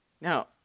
Now